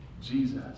Jesus